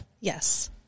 Yes